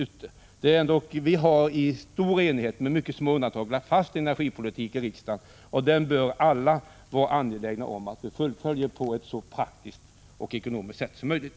Vi har i riksdagen i stor enighet, med mycket små undantag, lagt fast en energipolitik, och den bör alla vara angelägna om att vi tillämpar på ett så praktiskt och ekonomiskt sätt som möjligt.